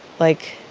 like,